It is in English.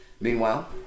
Meanwhile